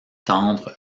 tendre